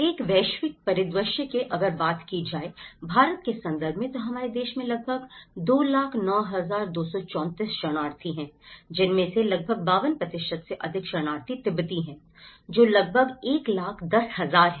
एक वैश्विक परिदृश्य की अगर बात की जाए भारत के संदर्भ में तो हमारे देश में लगभग २० ९ २३४ शरणार्थी हैं जिनमें से लगभग ५२ से अधिक शरणार्थी तिब्बती हैं जो लगभग ११०००० हैं